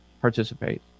participate